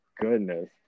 goodness